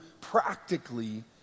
practically